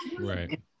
Right